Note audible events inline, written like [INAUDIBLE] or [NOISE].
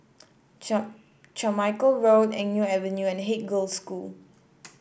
[UNINTELLIGIBLE] Carmichael Road Eng Neo Avenue and Haig Girls' School [NOISE]